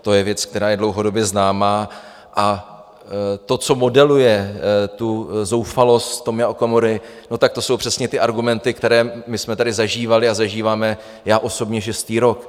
To je věc, která je dlouhodobě známá, a to, co modeluje tu zoufalost Tomia Okamury, no tak to jsou přesně ty argumenty, které my jsme tady zažívali a zažíváme, já osobně, šestý rok.